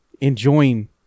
enjoying